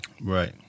Right